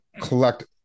collect